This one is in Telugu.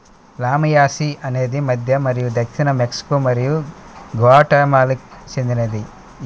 లామియాసి అనేది మధ్య మరియు దక్షిణ మెక్సికో మరియు గ్వాటెమాలాకు చెందినది